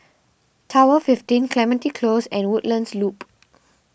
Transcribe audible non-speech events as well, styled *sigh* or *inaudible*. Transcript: Tower fifteen Clementi Close and Woodlands Loop *noise*